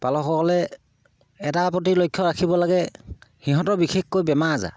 পালকসকলে এটাৰ প্ৰতি লক্ষ্য ৰাখিব লাগে সিহঁতৰ বিশেষকৈ বেমাৰ আজাৰ